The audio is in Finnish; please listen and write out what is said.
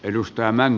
arvoisa puhemies